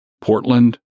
Portland